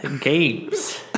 games